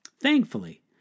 Thankfully